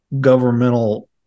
governmental